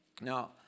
Now